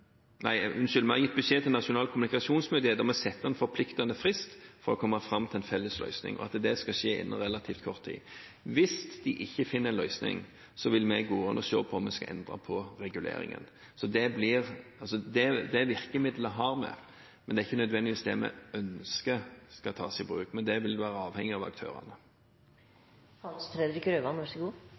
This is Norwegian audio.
Nasjonal kommunikasjonsmyndighet om å sette en forpliktende frist for å komme fram til en felles løsning, og at det skal skje innen relativt kort tid. Hvis de ikke finner en løsning, vil vi gå inn og se på om vi skal endre på reguleringene. Det virkemidlet har vi, men det er ikke nødvendigvis det vi ønsker skal tas i bruk. Men det vil være avhengig av aktørene.